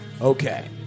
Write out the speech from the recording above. Okay